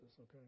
okay